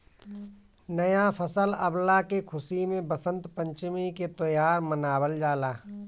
नया फसल अवला के खुशी में वसंत पंचमी के त्यौहार मनावल जाला